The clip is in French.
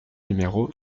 numéro